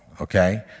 Okay